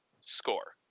score